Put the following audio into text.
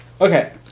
Okay